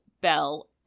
Bell